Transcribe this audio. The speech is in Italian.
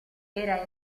era